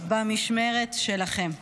-- שקרה במשמרת שלכם.